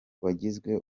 wagizwe